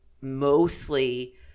mostly